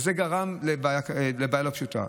וזה גרם לבעיה לא פשוטה.